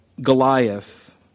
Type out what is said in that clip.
Goliath